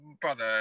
brother